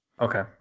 Okay